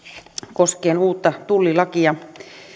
koskien uutta tullilakia